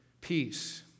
peace